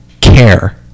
care